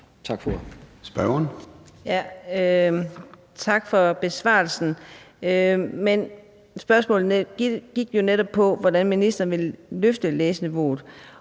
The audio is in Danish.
Tak for besvarelsen. Men spørgsmålet gik jo netop på, hvordan ministeren ville løfte læseniveauet.